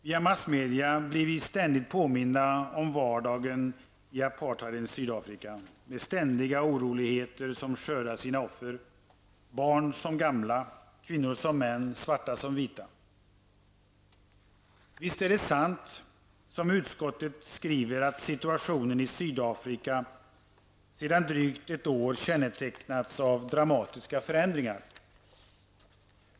Via massmedia blir vi ständigt påminda om vardagen i apartheidens Sydafrika med ständiga oroligheter som skördar sina offer -- barn som gamla, kvinnor som män, svarta som vita. Visst är det sant, som utskottet skriver, att situationen i Sydafrika sedan drygt ett år kännetecknas av dramatiska förändringar.